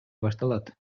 башталат